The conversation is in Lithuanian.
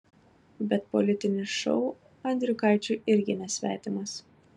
bet politinis šou andriukaičiui irgi nesvetimas